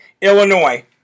Illinois